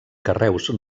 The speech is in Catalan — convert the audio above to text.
carreus